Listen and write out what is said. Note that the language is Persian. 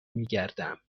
میگردم